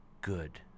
good